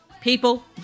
People